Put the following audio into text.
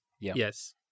Yes